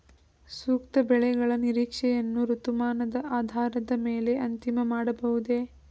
ಸೂಕ್ತ ಬೆಳೆಗಳ ನಿರೀಕ್ಷೆಯನ್ನು ಋತುಮಾನದ ಆಧಾರದ ಮೇಲೆ ಅಂತಿಮ ಮಾಡಬಹುದೇ?